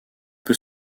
peu